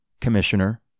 Commissioner